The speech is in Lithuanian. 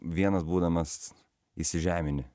vienas būdamas įsižemini